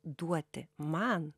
duoti man